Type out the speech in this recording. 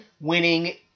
winning